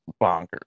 bonkers